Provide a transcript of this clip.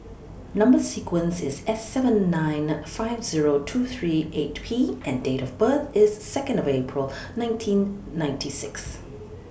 Number sequence IS S seven nine five Zero two three eight P and Date of birth IS Second of April nineteen ninety six